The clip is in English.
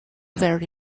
very